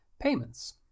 payments